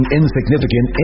insignificant